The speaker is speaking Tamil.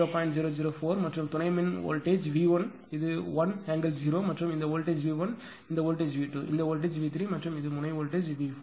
004 மற்றும் துணை மின் வோல்டேஜ் V 1 இது 1∠0 மற்றும் இந்த வோல்டேஜ்V1 இந்த வோல்டேஜ்V2 இந்த வோல்டேஜ்V3 மற்றும் இந்த முனை வோல்டேஜ்V4